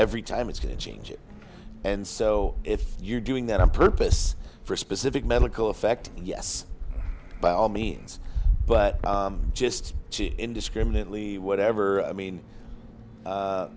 every time it's going to change it and so if you're doing that on purpose for specific medical effect yes by all means but just indiscriminately whatever i mean